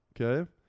Okay